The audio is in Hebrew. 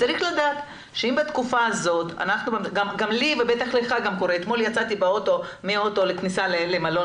אתמול יצאתי מהמכונית למלון